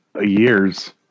years